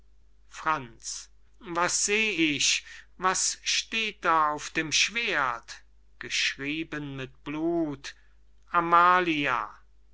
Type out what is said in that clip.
franz was seh ich was steht da auf dem schwerdt geschrieben mit blut amalia